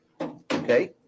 Okay